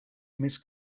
més